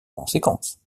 conséquence